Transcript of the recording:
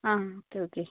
ആ ഒക്കെ ഒക്കെ